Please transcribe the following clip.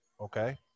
Okay